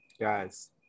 Guys